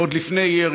ועוד לפני ירי,